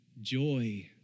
joy